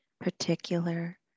particular